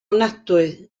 ofnadwy